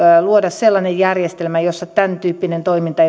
luoda sellainen järjestelmä jossa tämän tyyppinen toiminta